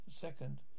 second